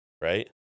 right